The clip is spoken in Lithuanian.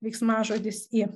veiksmažodis i